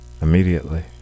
Immediately